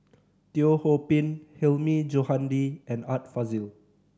Teo Ho Pin Hilmi Johandi and Art Fazil